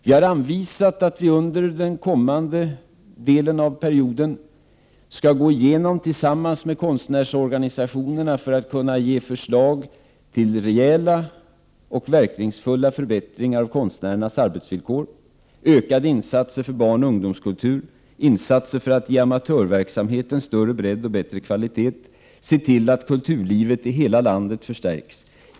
Vi har anvisat att vi under den kommande delen av perioden tillsammans med konstnärsorganisationerna skall göra en genomgång för att få fram förslag till rejäla och verkningsfulla förbättringar av konstnärernas arbetsvillkor, ökade insatser för barnoch ungdomskultur, insatser för att ge amatörverksamheten större bredd och bättre kvalitet samt förstärkningar av kulturlivet i hela landet.